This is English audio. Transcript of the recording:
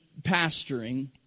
pastoring